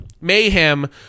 Mayhem